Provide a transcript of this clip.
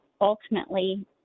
ultimately